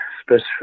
specific